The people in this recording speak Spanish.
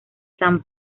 san